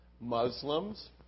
Muslims